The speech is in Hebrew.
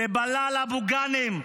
לבילאל אבו גאנם,